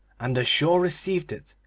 and the shore received it,